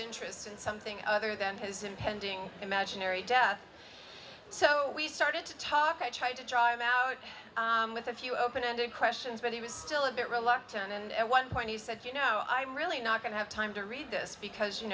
interest in something other than his impending imaginary death so we started to talk i tried to drive out with a few open ended questions but he was still a bit reluctant and at one point he said you know i'm really not going to have time to read this because you